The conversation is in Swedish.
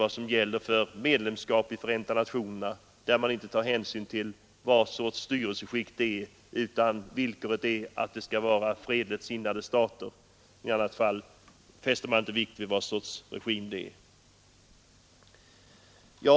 Samma regler gäller för medlemskap i Förenta nationerna, dvs. man tar inte hänsyn till styrelseskicket, utan villkoret för inträde är att det är en fredligt sinnad stat.